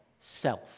self